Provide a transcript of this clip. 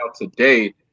today